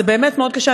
זה באמת מאוד קשה.